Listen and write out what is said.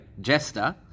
jester